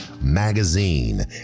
magazine